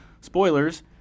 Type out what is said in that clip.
spoilers